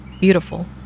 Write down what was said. beautiful